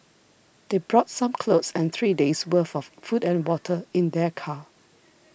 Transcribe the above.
they brought some clothes and three days' worth of food and water in their car